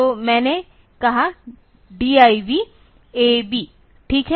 तो मैंने कहा DIV AB ठीक है